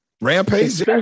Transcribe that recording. Rampage